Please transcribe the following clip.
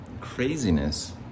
craziness